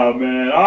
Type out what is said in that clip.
man